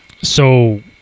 So-